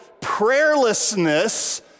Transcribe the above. prayerlessness